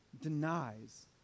denies